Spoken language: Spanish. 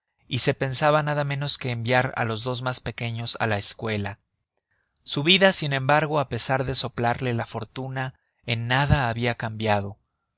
y se pensaba nada menos que enviar a los dos más pequeños a la escuela su vida sin embargo a pesar de soplarle la fortuna en nada había cambiado